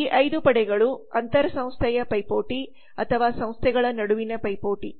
ಈ 5 ಪಡೆಗಳು ಅಂತರ ಸಂಸ್ಥೆಯ ಪೈಪೋಟಿ ಅಥವಾ ಸಂಸ್ಥೆಗಳ ನಡುವಿನ ಪೈಪೋಟಿ